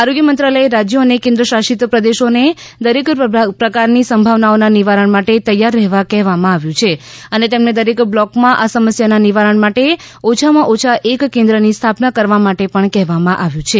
આરોગ્ય મંત્રાલયે રાજ્યો અને કેન્દ્રશાસિત પ્રદેશોને દરેક પ્રકારની સંભાવનાઓના નિવારણ માટે તૈયાર રહેવા કહેવામાં આવ્યું છે અને તેમને દરેક બ્લોકમાં આ સમસ્યાના નિવારણ માટે ઓછામાં ઓછા એક કેન્દ્રની સ્થાપના કરવા માટે પણ કહેવામાં આવ્યું છે